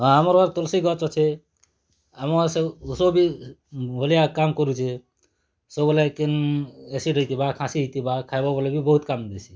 ହଁ ଆମର ତୁଲସି ଗଛ ଅଛି ଆମ ସବୁ ଉଷ ବି ବଢ଼ିଆ କାମ୍ କରୁଛେ ସବୁ ବେଳେ କେନ୍ ଏସିଡ଼ ହେଇଥିବା ଖାସି ହେଇଥିବା ଖାଇବ ବୋଲେ କେ ବହୁତ୍ କାମ୍ ଦେସି